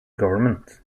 government